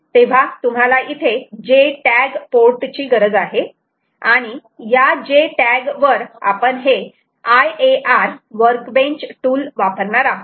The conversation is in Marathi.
तेव्हा तुम्हाला इथे J Tag पोर्ट ची गरज आहे आणि या J Tag वर आपण हे IAR वर्कबेंच टूल वापरणार आहोत